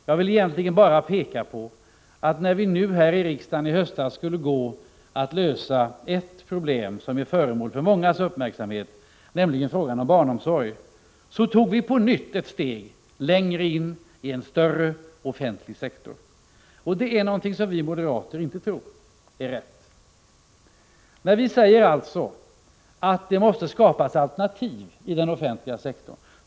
Jag vill bara peka på att när vi här i riksdagen nu i höstas skulle gå att lösa ett problem som är föremål för mångas uppmärksamhet, nämligen frågan om barnomsorg, tog vi på nytt ett steg längre in i en större offentlig sektor — och det är någonting som vi moderater inte tror är rätt. Vi säger att det måste skapas alternativ i den offentliga sektorn.